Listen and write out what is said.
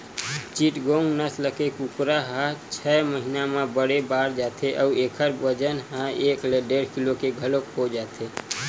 चिटगोंग नसल के कुकरा ह छय महिना म बने बाड़ जाथे अउ एखर बजन ह एक ले डेढ़ किलो के घलोक हो जाथे